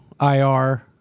IR